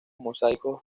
mosaicos